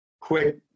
quick